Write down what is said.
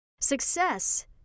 Success